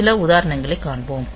சில உதாரணங்களைக் காண்போம்